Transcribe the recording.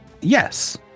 Yes